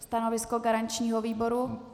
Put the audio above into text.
Stanovisko garančního výboru?